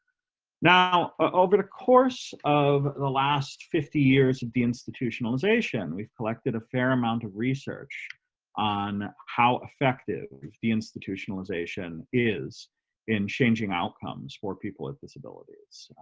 now ah over the course of the last fifty years of the institutionalization we've collected a fair amount of research on how effective the institutionalization is in changing outcomes for people with disabilities.